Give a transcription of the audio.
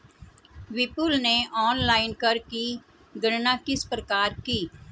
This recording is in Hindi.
विपुल ने ऑनलाइन कर की गणना किस प्रकार की?